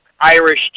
Irish